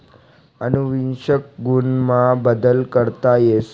अनुवंशिक गुण मा बदल करता येस